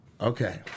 Okay